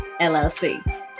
LLC